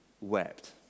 wept